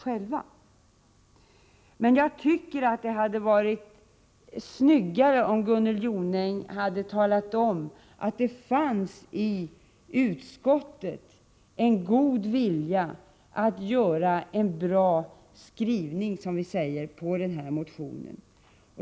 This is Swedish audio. Jag tycker att det hade varit snyggare om Gunnel Jonäng hade talat om att det i utskottet fanns en god vilja att göra en bra skrivning när det gäller den här motionen.